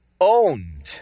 owned